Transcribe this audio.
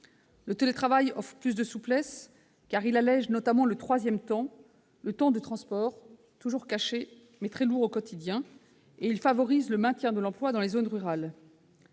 Le télétravail offre plus de souplesse, car il allège notamment le troisième temps, le temps de transport, toujours caché, mais très lourd au quotidien. Il favorise en outre le maintien de l'emploi dans les zones rurales.